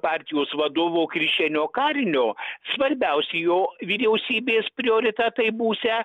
partijos vadovo krišjanio karinio svarbiausi jo vyriausybės prioritetai būsią